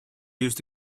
used